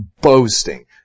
boasting